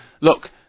Look